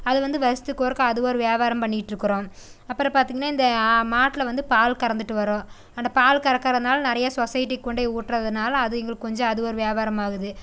அது வந்து வருடத்துக்கு ஒருக்கா அது ஒரு வியாபாரம் பண்ணிக்கிட்டுருக்குறோம் அப்புறம் பார்த்திங்கன்னா இந்த மாட்டில் வந்து பால் கறந்துட்டு வரோம் அந்த பால் கறக்கிறதுனால நிறையா சொசைட்டிக்கு கொண்டு போய் ஊட்டுகிறதுனால அது எங்களுக்கு கொஞ்சம் அது ஒரு வியாபாரமாகுது